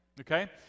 Okay